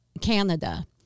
Canada